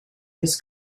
his